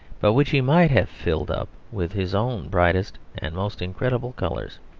but which he might have filled up with his own brightest and most incredible colours.